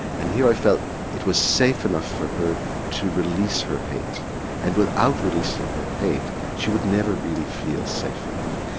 and here i felt it was safe enough for her to release her hate and without releasing her hate she would never really feel safe enough.